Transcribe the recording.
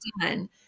done